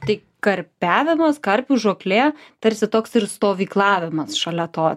tai karpiavimas karpių žūklė tarsi toks ir stovyklavimas šalia to